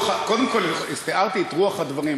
קודם כול, תיארתי את רוח הדברים.